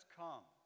come